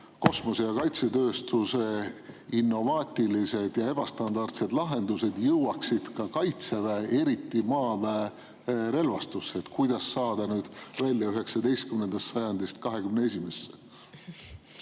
kosmose‑ ja kaitsetööstuse innovaatilised ja ebastandardsed lahendused jõuaksid ka kaitseväe, eriti maaväe relvastusse? Kuidas saada välja 19. sajandist 21.